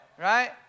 right